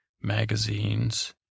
magazines